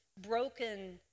broken